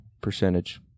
percentage